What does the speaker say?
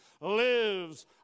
lives